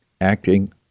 acting